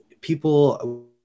people